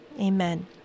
amen